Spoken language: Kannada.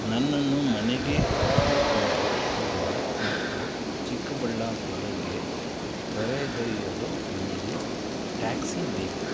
ನನ್ನನ್ನು ಮನೆಗೆ ಕರೆದುಕೊಂಡು ಹೋಗಲು ಮತ್ತು ಚಿಕ್ಕಬಳ್ಳಾಪುರಕ್ಕೆ ಕರೆದೊಯ್ಯಲು ನನಗೆ ಟ್ಯಾಕ್ಸಿ ಬೇಕು